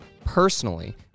personally